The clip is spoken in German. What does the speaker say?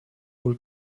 wohl